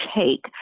take